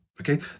Okay